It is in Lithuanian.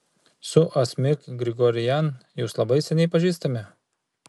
su asmik grigorian jūs labai seniai pažįstami